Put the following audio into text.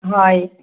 হয়